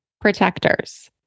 protectors